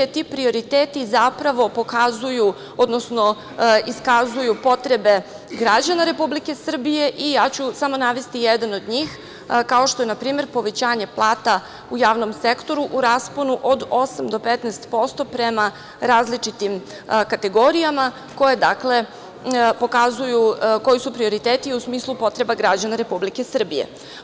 Ti prioriteti zapravo pokazuju, odnosno iskazuju potrebe građana Republike Srbije i ja ću samo navesti jedan od njih, kao što je primer povećanje plata u javnom sektoru u rasponu od 8% do 15% prema različitim kategorijama koje pokazuju koji su prioriteti u smislu potreba građana Republike Srbije.